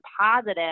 positive